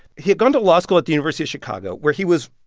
he had gone to law school at the university of chicago, where he was,